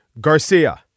Garcia